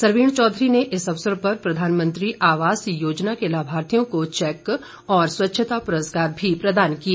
सरवीण चौधरी ने इस अवसर पर प्रधानमंत्री आवास योजना के लाभार्थियों को चैक और स्वच्छता पुरस्कार भी प्रदान किए